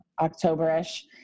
October-ish